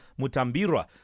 Mutambira